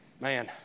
Man